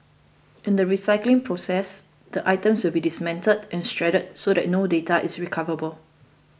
in the recycling process the items will be dismantled and shredded so that no data is recoverable